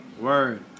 word